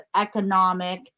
economic